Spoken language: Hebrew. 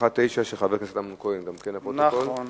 חבר הכנסת אמנון כהן שאל את שר הרווחה